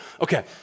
Okay